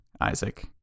Isaac